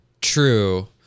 True